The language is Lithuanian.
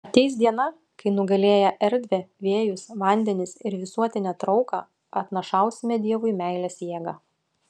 ateis diena kai nugalėję erdvę vėjus vandenis ir visuotinę trauką atnašausime dievui meilės jėgą